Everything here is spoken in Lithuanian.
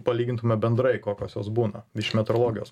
palygintume bendrai kokios jos būna iš metrologijos